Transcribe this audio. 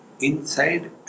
inside